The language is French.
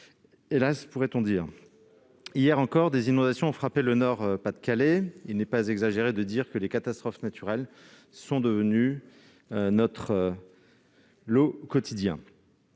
hélas, pourrait-on dire. Hier encore, des inondations ont frappé le Nord-Pas-de-Calais. Il n'est pas exagéré de dire que les catastrophes naturelles sont devenues notre lot quotidien.